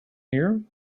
here